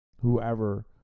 whoever